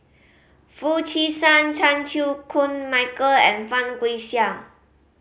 Foo Chee San Chan Chew Koon Michael and Fang Guixiang